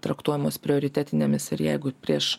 traktuojamos prioritetinėmis ir jeigu prieš